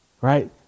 right